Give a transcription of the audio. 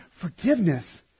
forgiveness